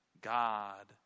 God